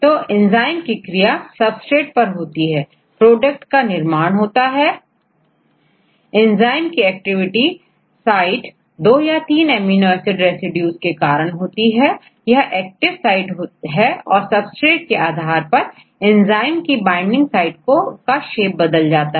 यहां enzyme protein देखें और सबस्ट्रेट का एंजाइम पर जोड़ना देखें तो आप देखेंगे एंजाइम की एक्टिव साइट दो या तीन एमिनो एसिड रेसिड्यू के कारण होते हैं यह एक्टिव साइट होती है और substrate के आधार पर एंजाइम की बाइंडिंग साइट का शेप बदल जाता है